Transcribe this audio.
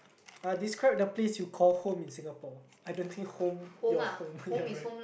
uh describe the place you call home in Singapore I don't think home your home ya right